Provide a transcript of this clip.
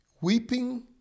weeping